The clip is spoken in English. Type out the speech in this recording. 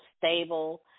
stable